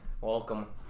Welcome